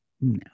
No